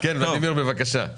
כן, בבקשה.